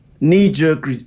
knee-jerk